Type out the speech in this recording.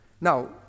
now